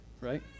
right